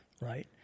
Right